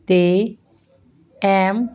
'ਤੇ ਐਮ